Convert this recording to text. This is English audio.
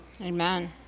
Amen